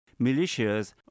militias